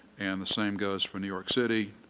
and the same goes for new york city,